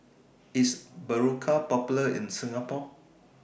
IS Berocca Popular in Singapore